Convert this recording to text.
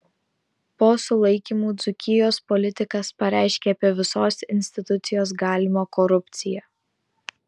po sulaikymų dzūkijos politikas pareiškia apie visos institucijos galimą korupciją